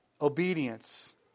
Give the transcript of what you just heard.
obedience